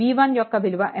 V1 యొక్క విలువ ఎంత